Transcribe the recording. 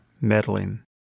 meddling